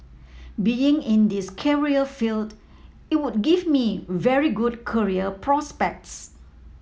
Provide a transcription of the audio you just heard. being in this career field it would give me very good career prospects